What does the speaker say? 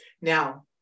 Now